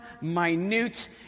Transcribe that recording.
minute